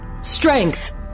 Strength